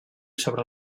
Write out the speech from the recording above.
sobre